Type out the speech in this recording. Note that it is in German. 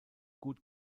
gut